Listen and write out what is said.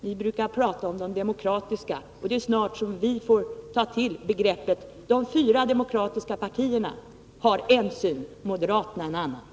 Vi har aldrig accepterat detta begrepp, men snart kanske även vi får ta till det. De fyra demokratiska partierna har en syn, moderaterna en annan.